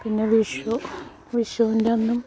പിന്നെ വിഷു വിഷുവിൻ്റെ അന്നും